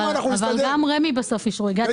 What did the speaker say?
גם רמ"י בסוף אישרו את זה.